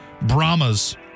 Brahmas